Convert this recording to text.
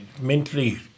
mentally